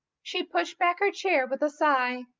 she pushed back her chair with a sigh.